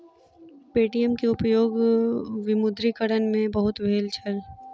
Paytm के उपयोग विमुद्रीकरण में बहुत भेल छल